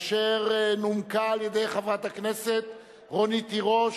אשר נומקה על-ידי חברת הכנסת רונית תירוש,